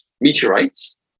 meteorites